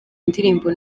ndirimbo